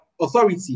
authority